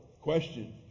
Question